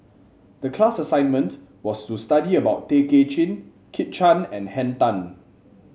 the class assignment was to study about Tay Kay Chin Kit Chan and Henn Tan